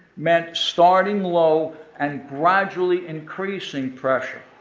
meant starting low and gradually increasing pressure.